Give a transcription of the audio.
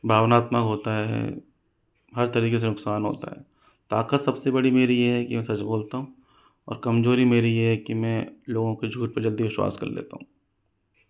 भावनात्मक होता है हर तरीके से नुकसान होता है ताकत सबसे बड़ी मेरी यह है कि मैं सच बोलता हूँ और कमजोरी मेरी यह है कि मैं लोगों के झूठ पर जल्दी विश्वास कर लेता हूँ